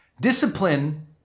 Discipline